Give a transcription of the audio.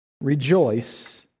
rejoice